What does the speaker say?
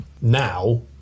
now